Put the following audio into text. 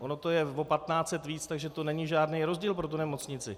Ono to je o patnáct set víc, takže to není žádný rozdíl pro nemocnici.